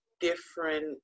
different